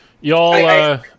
y'all